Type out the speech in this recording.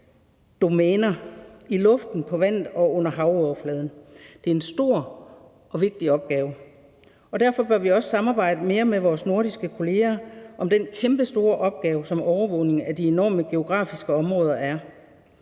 domæner: i luften, på vandet og under havoverfladen. Det er en stor og vigtig opgave, og derfor bør vi også samarbejde mere med vores nordiske kolleger om den kæmpestore opgave, som overvågning af de enorme geografiske områder er.